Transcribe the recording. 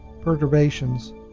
perturbations